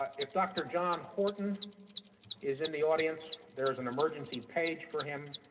ah if dr. john horton is in the audience, there is an emergency page for him.